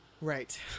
Right